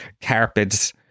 carpets